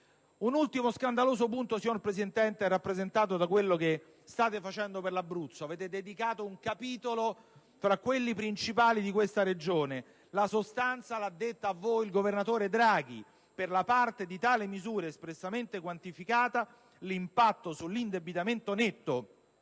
Un ultimo scandaloso punto, signor Presidente, è rappresentato da quello che Governo e maggioranza stanno facendo per l'Abruzzo: è stato dedicato un capitolo tra quelli principali a questa Regione. La sostanza ve l'ha detta il governatore Draghi: «Per la parte di tali misure espressamente quantificata, l'impatto sull'indebitamento netto